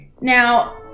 Now